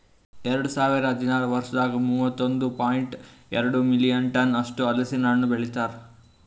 ಎರಡು ಸಾವಿರ ಹದಿನಾರು ವರ್ಷದಾಗ್ ಮೂವತ್ತೊಂದು ಪಾಯಿಂಟ್ ಎರಡ್ ಮಿಲಿಯನ್ ಟನ್ಸ್ ಅಷ್ಟು ಹಲಸಿನ ಹಣ್ಣು ಬೆಳಿತಾರ್